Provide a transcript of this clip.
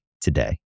today